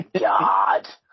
god